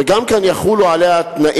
וגם עליה יחולו התנאים,